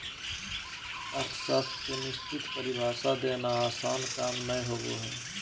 अर्थशास्त्र के निश्चित परिभाषा देना आसन काम नय होबो हइ